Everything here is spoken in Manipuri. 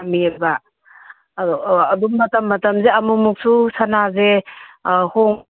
ꯊꯝꯃꯦꯕ ꯑꯗꯨꯝ ꯃꯇꯝ ꯃꯇꯝꯁꯦ ꯑꯃꯨꯛꯃꯨꯛꯁꯨ ꯁꯅꯥꯁꯦ